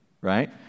right